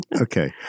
Okay